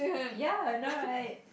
ya I know right